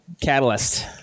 catalyst